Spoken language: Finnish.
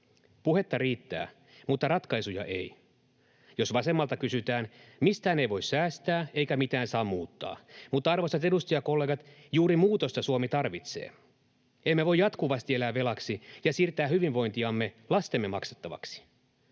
Puhetta riittää, mutta ratkaisuja ei. Jos vasemmalta kysytään, mistään ei voi säästää, eikä mitään saa muuttaa. Mutta, arvoisat edustajakollegat, juuri muutosta Suomi tarvitsee. Emme voi jatkuvasti elää velaksi ja siirtää hyvinvointiamme lastemme maksettavaksi.